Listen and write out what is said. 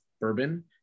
bourbon